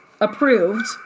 approved